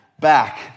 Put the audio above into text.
back